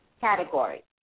category